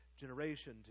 generation